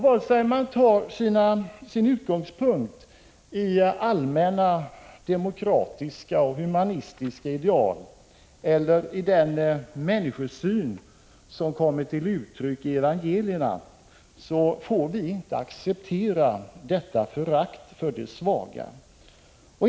Vare sig vi tar vår utgångspunkt i allmänna demokratiska och humanistiska ideal eller i den människosyn som kommer till uttryck i evangelierna, får vi inte acceptera detta förakt för de svaga.